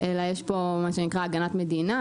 אלא יש פה מה שנקרא הגנת מדינה,